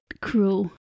cruel